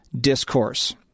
discourse